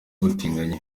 ubutinganyi